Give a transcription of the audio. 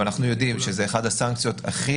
ואנחנו יודעים שזו אחת הסנקציות הכי